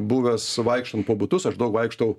buvęs vaikštant po butus aš daug vaikštau